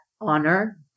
honor